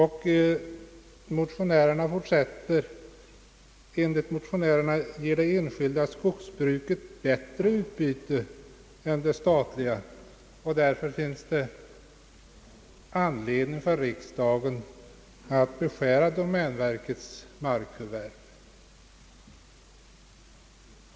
Motionärerna framhåller vidare, att det enskilda skogsbruket ger bättre utbyte än det statliga och att det därför finns anledning för riksdagen att beskära domänverkets markförvärv.